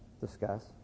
discuss